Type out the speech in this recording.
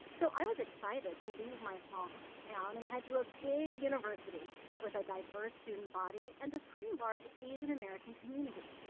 so, i was excited to leave my small town and head to a big university with a diverse student body and a pretty large asian american community.